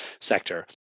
sector